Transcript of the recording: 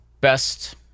best